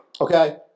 okay